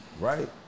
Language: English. right